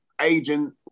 agent